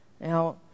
Now